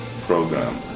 program